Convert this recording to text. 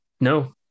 no